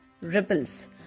Ripples